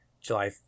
July